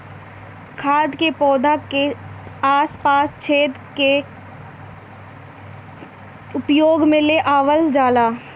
खाद के पौधा के आस पास छेद क के उपयोग में ले आवल जाला